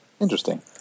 Interesting